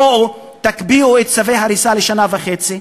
בואו תקפיאו את צווי ההריסה לשנה וחצי,